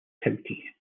county